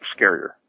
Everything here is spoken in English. scarier